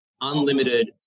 unlimited